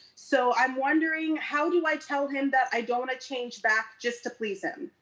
so i'm wondering how do i tell him that i don't wanna change back just to please him?